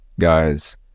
guys